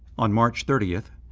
on march thirty,